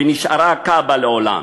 ונשארה ה"כעבה" לעולם.